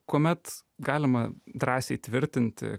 kuomet galima drąsiai tvirtinti